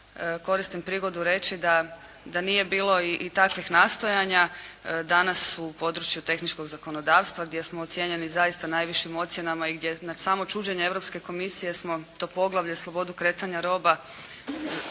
Koristim prigodu reći da nije bilo i takvih nastojanja, danas u području tehničkog zakonodavstva gdje smo ocjenjeni zaista najvišim ocjenama i gdje na samo čuđenje Europske komisije smo to poglavlje Slobodu kretanja roba